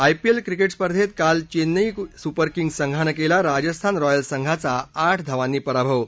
IPL cricket स्पर्धेत काल Chennai super kings संघानं राजस्थान रॉयल्स संघाचा आठ धावांनी पराभव केला